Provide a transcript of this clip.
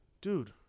Dude